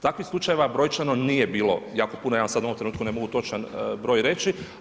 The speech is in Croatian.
Takvih slučajeva brojčano nije bilo jako puno, ja vam sada u ovom trenutku ne mogu točan broj reći.